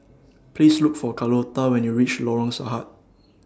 Please Look For Carlota when YOU REACH Lorong Sarhad